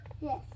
Yes